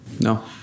No